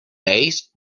aides